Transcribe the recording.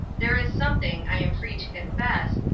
there is something, i am free to confess,